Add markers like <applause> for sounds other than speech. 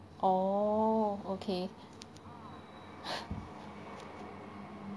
oh okay <breath>